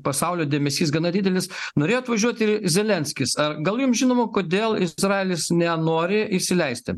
pasaulio dėmesys gana didelis norėjo atvažiuot ir zelenskis ar gal jums žinoma kodėl izraelis nenori įsileisti